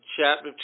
chapter